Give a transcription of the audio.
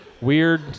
weird